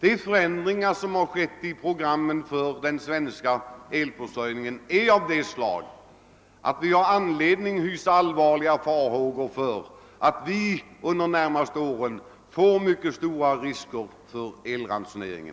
Den förändring som har skett i programmet för den svenska elförsörjningen är av det slaget att vi har anledning hysa allvarliga farhågor för att vi under de närmaste åren måste räkna med stora risker för elransonering.